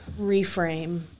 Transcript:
reframe